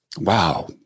Wow